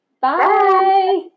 Bye